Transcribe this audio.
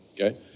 okay